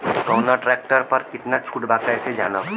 कवना ट्रेक्टर पर कितना छूट बा कैसे जानब?